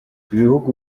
ibihugu